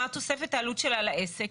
מה תוספת העלות שלה לעסק.